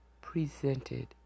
presented